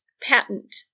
patent